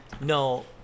No